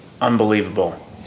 unbelievable